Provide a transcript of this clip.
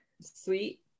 Sweet